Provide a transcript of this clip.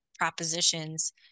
Propositions